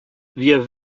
wir